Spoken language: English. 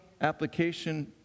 application